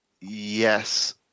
yes